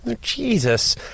Jesus